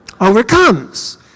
overcomes